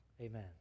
Amen